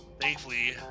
thankfully